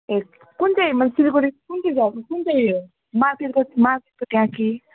ए कुन चाहिँ म सिलगडी कुन चाहिँ कुन चाहिँ मार्केटको मार्केटको त्यहाँ कि